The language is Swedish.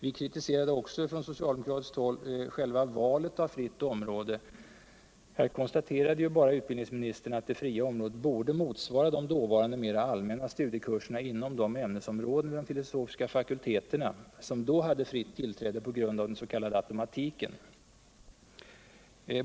Vi kritiserade från socialdemokratiskt häll också valet av fritt område. Här konstaterade bara utbildningsministern att det fria området borde motsvara de dåvarande mera allmänna studiekurserna inom de ämnesområden vid de filosofiska fakulteterna som då hade friu tillträde på grund av den s.k. automatiken.